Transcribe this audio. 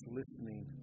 listening